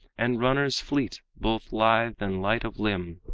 and runners fleet, both lithe and light of limb